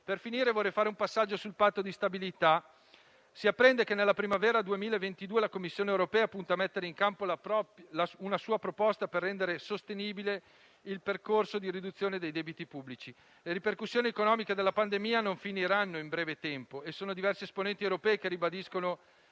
Per finire, vorrei fare un passaggio sul patto di stabilità. Si apprende che nella primavera del 2022 la Commissione europea punta a mettere in campo una sua proposta per rendere sostenibile il percorso di riduzione dei debiti pubblici. Le ripercussioni economiche della pandemia non finiranno in breve tempo e sono diversi gli esponenti europei che ribadiscono